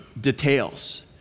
details